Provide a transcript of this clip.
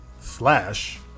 slash